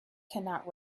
cannot